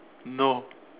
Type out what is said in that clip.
no